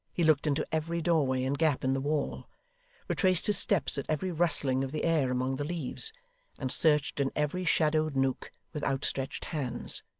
he looked into every doorway and gap in the wall retraced his steps at every rustling of the air among the leaves and searched in every shadowed nook with outstretched hands.